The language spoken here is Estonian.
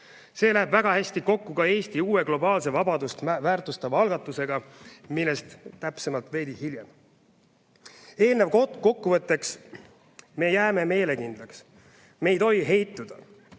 See läheb väga hästi kokku ka Eesti uue globaalse vabadust väärtustava algatusega, millest täpsemalt veidi hiljem. Eelneva kokkuvõtteks. Me jääme meelekindlaks. Me ei tohi heituda.